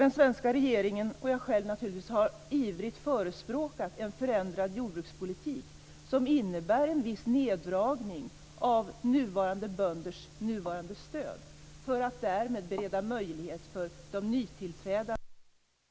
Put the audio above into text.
Den svenska regeringen och naturligtvis jag själv har livligt förespråkat en förändrad jordbrukspolitik, som innebär en viss neddragning av nuvarande bönders nuvarande stöd för att därmed bereda möjlighet för de nytillträdande bönderna att få del av samma stöd.